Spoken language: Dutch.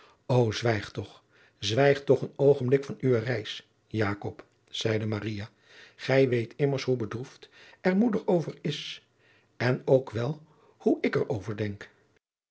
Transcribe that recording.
o zwijg toch zwijg toch een oogenblik van uwe reis jakob zeide maria gij weet immers hoe bedroefd er moeder over is en ook wel hoe ik er over denk